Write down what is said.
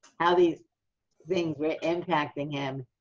how these things were impacting him,